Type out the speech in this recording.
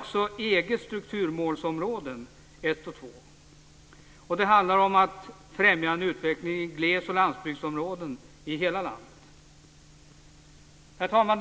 och som EG:s strukturfondsmål 1 och 2. Det handlar om att främja en utveckling i gles och landsbygdsområden i hela landet. Herr talman!